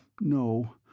No